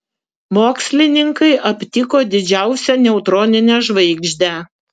mokslininkai aptiko didžiausią neutroninę žvaigždę